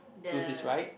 to his right